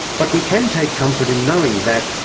but we can take comfort in knowing that,